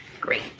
Great